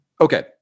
okay